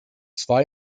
zwar